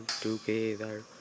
together